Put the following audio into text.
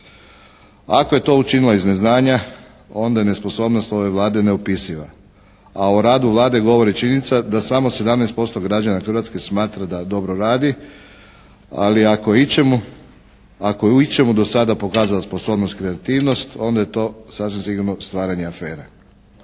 Ako je to učinila iz neznanja onda je nesposobnost ove Vlade neopisiva. A o radu Vlade govori činjenica da samo 17% građana Hrvatske smatra da dobro radi, ali ako je ičemu, ako je u ičemu do sada pokazala sposobnost kreativnost onda je to sasvim sigurno stvaranje afere.